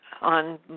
on